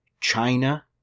China